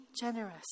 generous